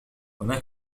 هناك